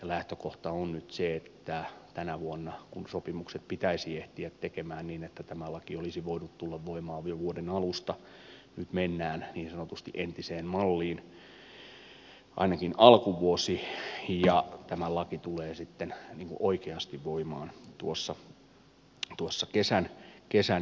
lähtökohta on nyt se että kun tänä vuonna sopimukset pitäisi ehtiä tekemään niin että tämä laki olisi voinut tulla voimaan jo vuoden alusta nyt mennään niin sanotusti entiseen malliin ainakin alkuvuosi ja tämä laki tulee sitten oikeasti voimaan kesän jälkeen